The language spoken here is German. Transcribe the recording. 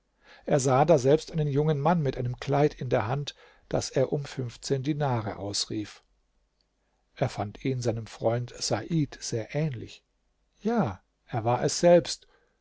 er sah daselbst einen jungen mann mit einem kleid in der hand das er um fünfzehn dinare ausrief er fand ihn seinem freund said sehr ähnlich ja er war es selbst